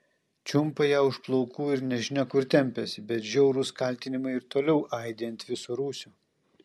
čiumpa ją už plaukų ir nežinia kur tempiasi bet žiaurūs kaltinimai ir toliau aidi ant viso rūsio